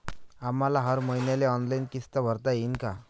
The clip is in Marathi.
आम्हाले हर मईन्याले ऑनलाईन किस्त भरता येईन का?